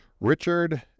Richard